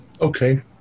Okay